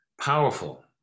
powerful